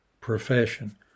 profession